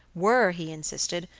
were, he insisted,